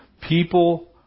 People